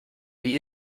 wie